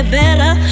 better